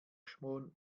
schon